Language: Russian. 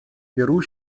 перу